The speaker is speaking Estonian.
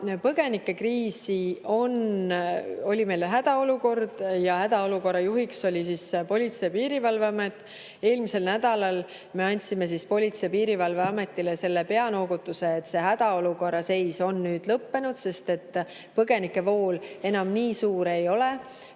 murekohad. Oli meil hädaolukord ja hädaolukorra juhiks oli Politsei- ja Piirivalveamet. Eelmisel nädalal me andsime Politsei- ja Piirivalveametile selle peanoogutuse, et see hädaolukorra seis on nüüd lõppenud, sest põgenikevool enam nii suur ei ole.